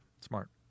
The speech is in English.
Smart